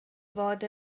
fod